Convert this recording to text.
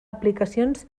aplicacions